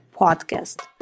podcast